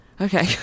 Okay